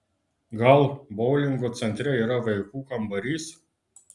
gal boulingo centre yra vaikų kambarys